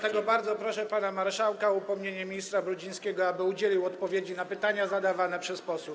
Dlatego bardzo proszę pana marszałka o upomnienie ministra Brudzińskiego, aby udzielił odpowiedzi na pytania zadawane przez posłów.